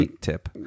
tip